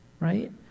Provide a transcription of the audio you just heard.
right